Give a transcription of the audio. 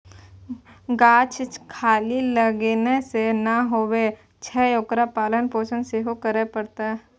गाछ खाली लगेने सँ नै होए छै ओकर पालन पोषण सेहो करय पड़तै